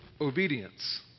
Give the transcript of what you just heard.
obedience